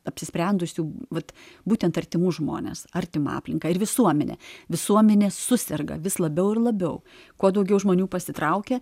apsisprendusių vat būtent artimų žmones artimą aplinką ir visuomenę visuomenė suserga vis labiau ir labiau kuo daugiau žmonių pasitraukia